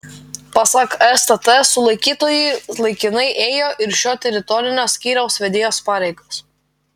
pasak stt sulaikytoji laikinai ėjo ir šio teritorinio skyriaus vedėjos pareigas